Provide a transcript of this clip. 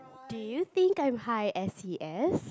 do you think I'm high S_E_S